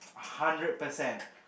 hundred percent